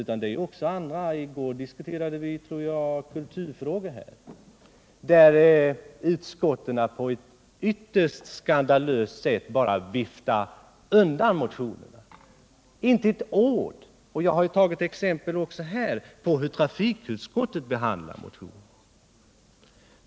Även andra utskott viftar på ett ytterst skandalöst sätt undan motionerna utan ett ord — som t.ex. i går när vi diskuterade kulturfrågor. Jag har här framfört exempel på hur trafikutskottet behandlar motioner.